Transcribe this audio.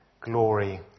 glory